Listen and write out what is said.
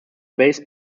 based